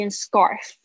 scarf